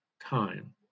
time